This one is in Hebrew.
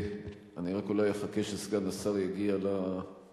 כן, אדוני, אני רק אולי אחכה שסגן השר יגיע לדוכן.